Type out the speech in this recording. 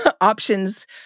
options